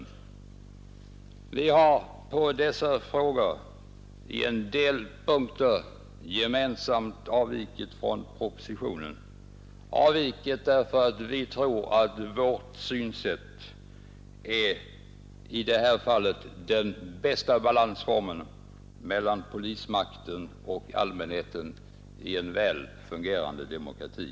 Utskottets ledamöter har i dessa frågor på en del punkter gemensamt avvikit från propositionen, därför att vi tror att vårt synsätt i det här fallet innebär den bästa balansformen mellan polismakten och allmänheten i en väl fungerande demokrati.